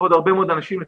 הרבה מאוד אנשים לבידוד,